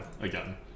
again